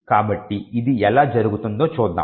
కాబట్టి ఇది ఎలా జరుగుతుందో చూద్దాం